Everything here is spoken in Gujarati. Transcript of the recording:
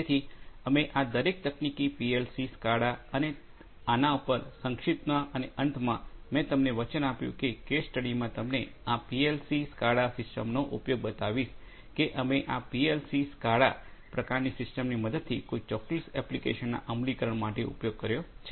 તેથી અમે આ દરેક તકનીકી પીએલસી સ્કાડા અને આના પર સંક્ષિપ્તમાં અને અંતમાં મેં તમને વચન આપ્યું કે કેસ સ્ટડીમાં તમને આ પીએલસી સ્કાડા સિસ્ટમનો ઉપયોગ બતાવીશ કે અમે આ પીએલસી સ્કાડા પ્રકારની સિસ્ટમની મદદથી કોઈ ચોક્કસ એપ્લિકેશનના અમલીકરણ માટે ઉપયોગ કર્યો છે